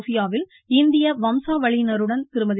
்பியாவில் இந்திய வம்சாவளியினருடன் திருமதி